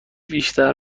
بیشتر